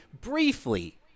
briefly